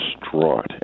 distraught